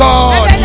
God